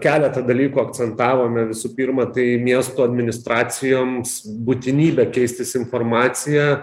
keletą dalykų akcentavome visų pirma tai miesto administracijoms būtinybę keistis informacija